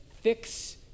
fix